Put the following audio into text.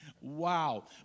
Wow